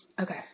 Okay